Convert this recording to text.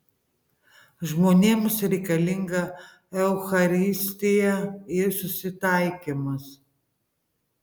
žmonėms reikalinga eucharistija ir susitaikymas